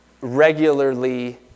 regularly